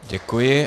Děkuji.